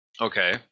Okay